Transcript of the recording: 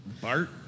Bart